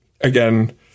again